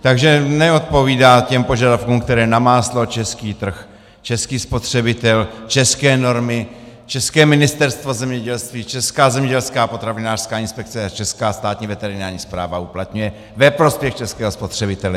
Takže neodpovídá těm požadavkům, které na máslo český trh, český spotřebitel, české normy, české Ministerstvo zemědělství, Česká zemědělská a potravinářská inspekce a Česká státní veterinární správa uplatňují ve prospěch českého spotřebitele.